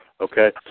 Okay